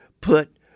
put